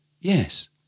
Yes